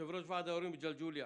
יושב-ראש ועד ההורים ג'לג'וליה.